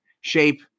shape